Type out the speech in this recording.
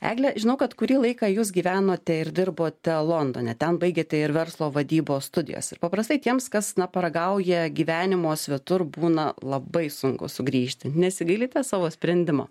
egle žinau kad kurį laiką jūs gyvenote ir dirbote londone ten baigėte ir verslo vadybos studijas ir paprastai tiems kas na paragauja gyvenimo svetur būna labai sunku sugrįžti nesigailite savo sprendimo